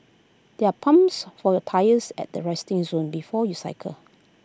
there are pumps for your tyres at the resting zone before you cycle